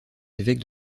évêques